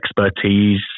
expertise